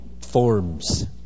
forms